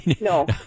no